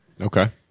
Okay